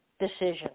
decision